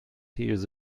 hears